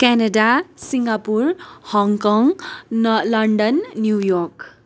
Canada Singapore Hong Kong न London New York